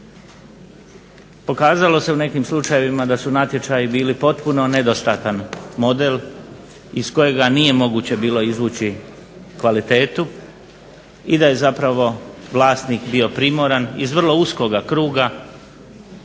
Pokazalo se u nekim slučajevima da su natječaji bili potpuno nedostatan model iz kojega nije moguće bilo izvući kvalitetu i da je zapravo vlasnik bio primoran iz vrlo uskoga kruga